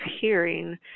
hearing